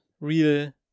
real